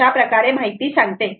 अशाप्रकारे माहिती सांगते